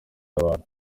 y’abantu